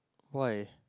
why